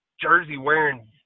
jersey-wearing